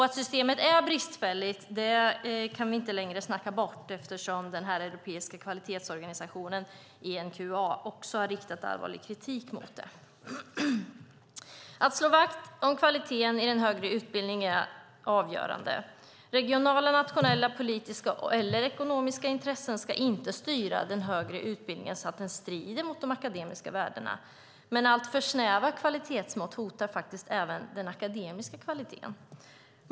Att systemet är bristfälligt kan vi inte längre snacka bort eftersom den europeiska kvalitetsorganisationen ENQA också har riktat allvarlig kritik mot det. Att slå vakt om kvaliteten i den högre utbildningen är avgörande. Regionala, nationella, politiska eller ekonomiska intressen ska inte styra den högre utbildningen så att den strider mot de akademiska värdena. Men alltför snäva kvalitetsmått hotar även den akademiska kvaliteten.